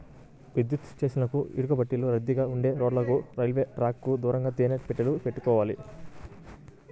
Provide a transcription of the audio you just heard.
విద్యుత్ స్టేషన్లకు, ఇటుకబట్టీలకు, రద్దీగా ఉండే రోడ్లకు, రైల్వే ట్రాకుకు దూరంగా తేనె పెట్టెలు పెట్టుకోవాలి